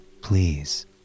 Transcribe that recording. Please